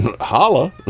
holla